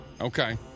Okay